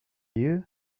you